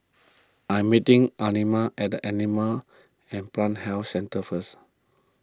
I'm meeting Elmina at the Animal and Plant Health Centre first